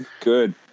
Good